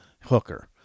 Hooker